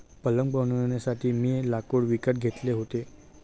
पलंग बनवण्यासाठी मी लाकूड विकत घेतले होते